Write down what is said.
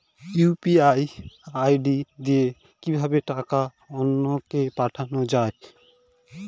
UPI ID দিয়ে কিভাবে টাকা অন্য কে পাঠানো যায়?